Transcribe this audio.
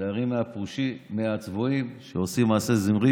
תיזהרי מהצבועים שעושים מעשה זמרי